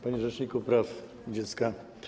Panie Rzeczniku Praw Dziecka!